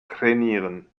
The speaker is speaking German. trainieren